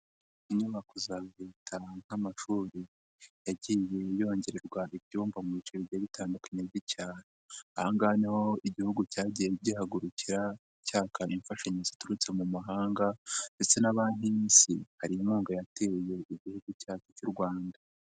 Inyubako za Leta nk'amashuri, yagiye yongererwa ibyumba mu bice bigiye bitandukanye by'icyaro, aha ngaha niho Igihugu cyagiye gihagurukira, cyaka imfashanyo ziturutse mu mahanga ndetse na Banki y'Isi hari inkunga yateye Igihugu cyacu cy'u Rwanda.